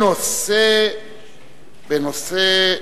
בנושא: